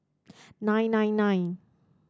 nine nine nine